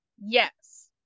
Yes